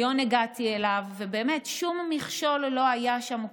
הגעתי אליו בהיריון, ובאמת, שום מכשול לא היה שם.